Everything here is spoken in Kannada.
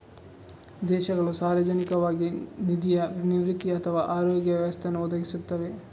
ದೇಶಗಳು ಸಾರ್ವಜನಿಕವಾಗಿ ನಿಧಿಯ ನಿವೃತ್ತಿ ಅಥವಾ ಆರೋಗ್ಯ ವ್ಯವಸ್ಥೆಯನ್ನು ಒದಗಿಸುತ್ತವೆ